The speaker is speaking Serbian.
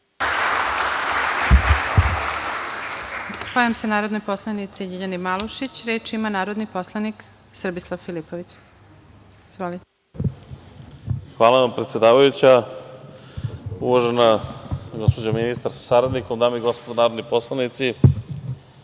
Hvala vam, predsedavajuća. Uvažena gospođo ministar sa saradnikom, dame i gospodo narodni poslanici,